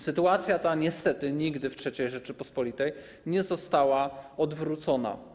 Sytuacja ta niestety nigdy w III Rzeczypospolitej nie została odwrócona.